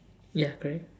ya correct